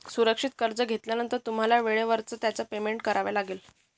सुरक्षित कर्ज घेतल्यानंतर तुम्हाला वेळेवरच त्याचे पेमेंट करावे लागेल